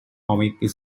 comic